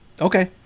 Okay